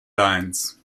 lines